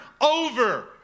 over